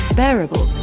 bearable